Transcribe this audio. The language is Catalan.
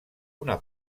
una